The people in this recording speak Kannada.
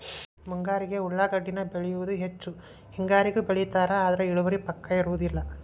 ಮುಂಗಾರಿಗೆ ಉಳಾಗಡ್ಡಿನ ಬೆಳಿಯುದ ಹೆಚ್ಚ ಹೆಂಗಾರಿಗೂ ಬೆಳಿತಾರ ಆದ್ರ ಇಳುವರಿ ಪಕ್ಕಾ ಬರುದಿಲ್ಲ